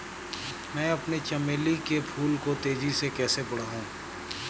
मैं अपने चमेली के फूल को तेजी से कैसे बढाऊं?